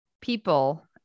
people